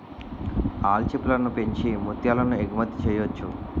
ఆల్చిప్పలను పెంచి ముత్యాలను ఎగుమతి చెయ్యొచ్చు